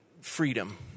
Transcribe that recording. freedom